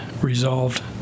resolved